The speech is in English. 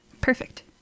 Perfect